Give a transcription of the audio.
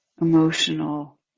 emotional